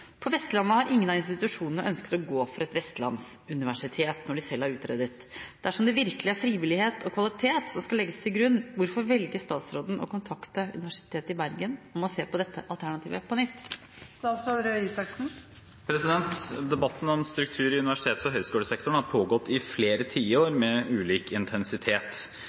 På Vestlandet har ingen av institusjonene ønsket å gå for et vestlandsuniversitet. Dersom det virkelig er frivillighet og kvalitet som skal legges til grunn, hvorfor velger statsråden å kontakte Universitetet i Bergen om å se på dette alternativet på nytt?» Debatten om struktur i universitets- og høyskolesektoren har pågått i flere tiår med ulik intensitet.